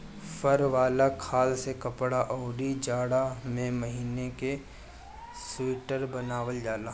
फर वाला खाल से कपड़ा, अउरी जाड़ा में पहिने के सुईटर बनावल जाला